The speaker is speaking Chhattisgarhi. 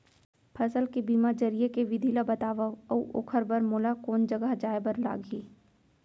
फसल के बीमा जरिए के विधि ला बतावव अऊ ओखर बर मोला कोन जगह जाए बर लागही?